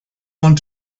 want